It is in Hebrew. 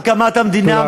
מיום הקמת המדינה,